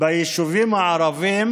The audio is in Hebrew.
ביישובים הערביים,